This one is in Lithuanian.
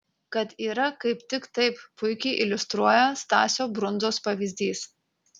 kad yra kaip tik taip puikiai iliustruoja stasio brundzos pavyzdys